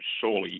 surely